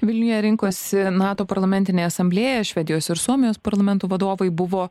vilniuje rinkosi nato parlamentinė asamblėja švedijos ir suomijos parlamentų vadovai buvo